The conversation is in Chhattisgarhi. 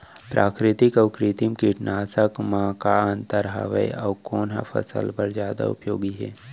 प्राकृतिक अऊ कृत्रिम कीटनाशक मा का अन्तर हावे अऊ कोन ह फसल बर जादा उपयोगी हे?